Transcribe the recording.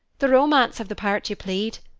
the romance of the part you played,